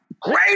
great